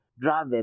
drive